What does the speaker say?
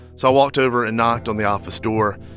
so i walked over and knocked on the office door,